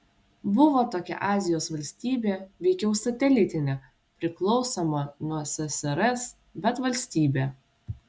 buvo tokia azijos valstybė veikiau satelitinė priklausoma nuo ssrs bet valstybė